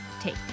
take